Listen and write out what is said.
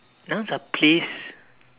nouns are place